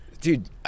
dude